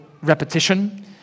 repetition